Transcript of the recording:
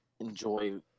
enjoy